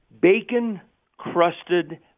bacon-crusted